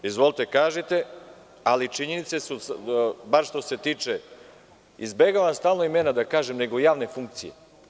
Izvolite kažite, ali činjenice su bar što se tiče, stalno izbegavam imena da kažem, nego javne funkcije.